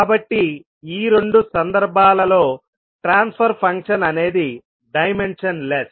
కాబట్టి ఈ రెండు సందర్భాలలో ట్రాన్స్ఫర్ ఫంక్షన్ అనేది డైమెన్షన్ లెస్